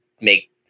make